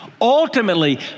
Ultimately